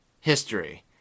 history